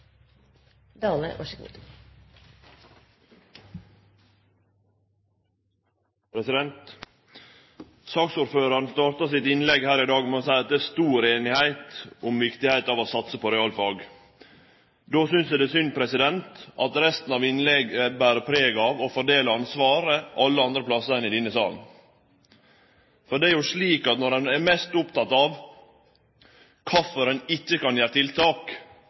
stor einigheit om viktigheita av å satse på realfag. Då synest eg det er synd at resten av innlegget ber preg av å fordele ansvaret alle andre plassar enn i denne salen. For det er jo slik at når ein er mest oppteken av kvifor ein ikkje kan setje i verk tiltak